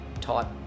type